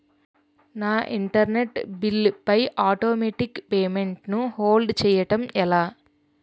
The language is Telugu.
నా ఇంటర్నెట్ బిల్లు పై ఆటోమేటిక్ పేమెంట్ ను హోల్డ్ చేయటం ఎలా?